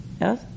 yes